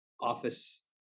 office